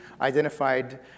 identified